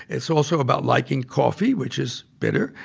it's also about liking coffee, which is bitter,